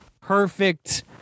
Perfect